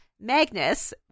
Magnus